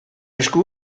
esku